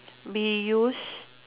be used